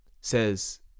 says